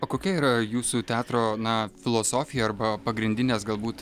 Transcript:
o kokia yra jūsų teatro na filosofija arba pagrindinės galbūt